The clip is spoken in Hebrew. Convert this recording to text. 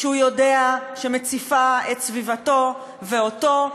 שהוא יודע שמציפה את סביבתו ואותו,